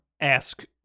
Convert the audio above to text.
ask